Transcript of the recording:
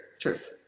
truth